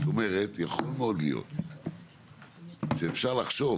זאת אומרת יכול מאוד להיות שאפשר לחשוב